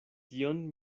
tion